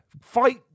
fight